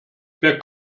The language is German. wer